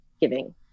giving